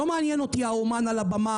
לא מעניין אותי האומן על הבמה,